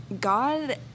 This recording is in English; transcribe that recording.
God